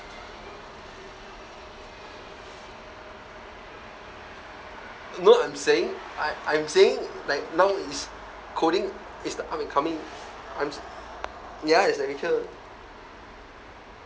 no I'm saying I I'm saying like now is coding is the up and coming I'm ya is like rachel